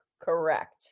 Correct